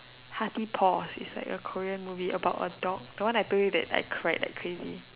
Hearty-Paws it's like a Korean movie about a dog the one I told you that I cried like crazy